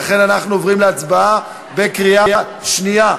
לכן אנחנו עוברים להצבעה בקריאה שנייה.